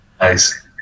Nice